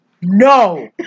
no